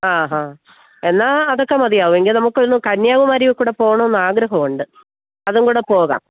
ആ ഹാ എന്നാല് അതൊക്കെ മതിയാവും എങ്കില് നമുക്കൊന്ന് കന്യാകുമാരിയില്ക്കൂടെ പോകണമെന്ന് ആഗ്രഹമുണ്ട് അതും കൂടെ പോകാം